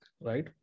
right